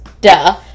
duh